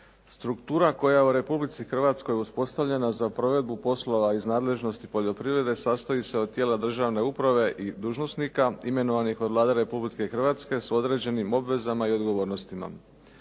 Struktura koja je u Republici Hrvatskoj uspostavljena za provedbu poslova iz nadležnosti poljoprivrede sastoji se od tijela državne uprave i dužnosnika imenovanih od Vlade Republike Hrvatske s određenim obvezama i odgovornostima.